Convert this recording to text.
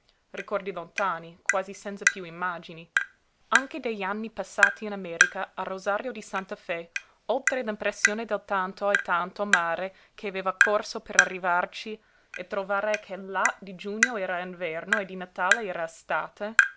ricordi lontani quasi senza piú immagini anche degli anni passati in america a rosario di santa fe oltre l'impressione del tanto e tanto mare che aveva corso per arrivarci e trovare che là di giugno era inverno e di natale era estate